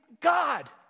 God